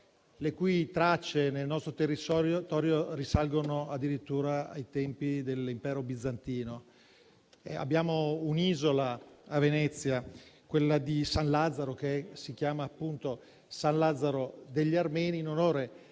le cui tracce nel nostro territorio risalgono addirittura ai tempi dell'impero bizantino. Abbiamo un'isola a Venezia, che si chiama appunto San Lazzaro degli Armeni, in onore